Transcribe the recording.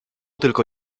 tylko